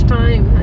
time